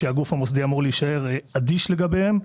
שהגוף המוסדי אמור להישאר אדיש לגביהם.